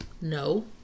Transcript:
no